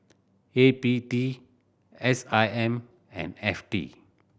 A P D S I M and F T